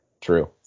True